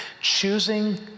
choosing